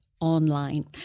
online